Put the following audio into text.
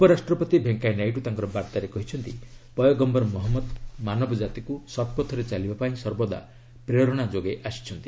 ଉପରାଷ୍ଟ୍ରପତି ଭେଙ୍କୟା ନାଇଡୁ ତାଙ୍କର ବାର୍ଭାରେ କହିଛନ୍ତି ପୟଗମ୍ଘର ମହମ୍ମଦ ମାନବ ଜାତିକୁ ଶତପଥରେ ଚାଲିବା ପାଇଁ ସର୍ବଦା ପ୍ରେରଣା ଯୋଗାଇ ଆସିଛନ୍ତି